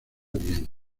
bien